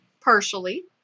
Partially